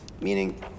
Meaning